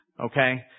Okay